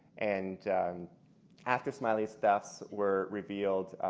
and um after smiley's thefts were revealed,